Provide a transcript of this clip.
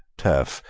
turf,